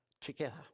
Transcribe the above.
together